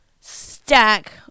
stack